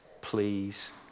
please